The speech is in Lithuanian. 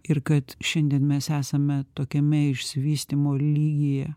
ir kad šiandien mes esame tokiame išsivystymo lygyje